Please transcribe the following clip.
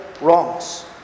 wrongs